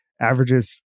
averages